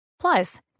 Plus